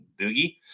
Boogie